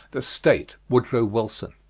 the state, woodrow wilson.